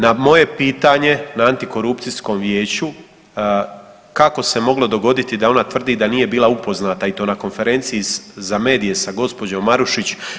Na moje pitanje na Antikorupcijskom vijeću kako se moglo dogoditi da ona tvrdi da nije bila upoznata i to na Konferenciji za medije sa gospođom Marušić.